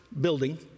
building—